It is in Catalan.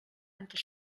entre